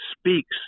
speaks